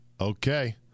Okay